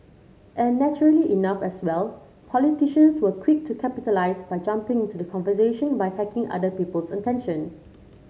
and naturally enough as well politicians were quick to capitalise by jumping into the conversation by hacking other people's attention